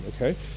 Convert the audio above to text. okay